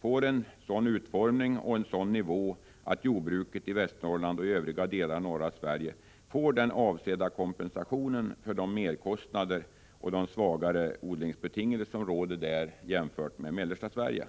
för Norrlandsstödet möjliggör att jordbruket i Västernorrland och i övriga delar av norra Sverige får avsedd kompensation för de merkostnader och de svagare odlingsbetingelser som råder där jämfört med förhållandena i mellersta Sverige.